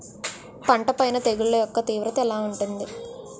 పంట పైన తెగుళ్లు యెక్క తీవ్రత ఎలా ఉంటుంది